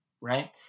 right